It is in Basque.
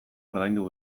ordaindu